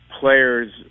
players